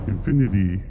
Infinity